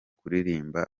kuririmba